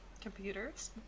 computers